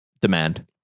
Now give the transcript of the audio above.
demand